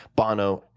bono,